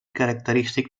característic